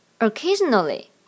occasionally